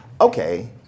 okay